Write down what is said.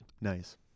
Nice